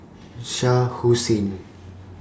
Shah Hussain